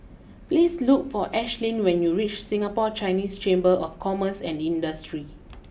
please look for Ashly when you reach Singapore Chinese Chamber of Commerce and Industry